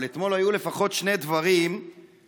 אבל אתמול היו לפחות שני דברים שבכלל,